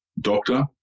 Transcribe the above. doctor